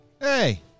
hey